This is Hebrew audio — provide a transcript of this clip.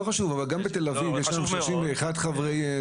גם בתל אביב יש 31 חברים.